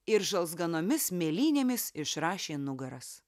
ir žalzganomis mėlynėmis išrašė nugaras